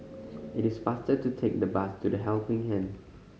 it is faster to take the bus to The Helping Hand